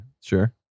Sure